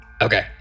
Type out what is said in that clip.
Okay